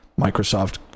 Microsoft